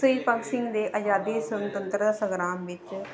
ਸਹੀਦ ਭਗਤ ਸਿੰਘ ਦੇ ਆਜ਼ਾਦੀ ਦੇ ਸੁਤੰਤਰਤਾ ਸੰਗਰਾਮ ਵਿੱਚ